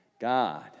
God